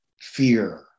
fear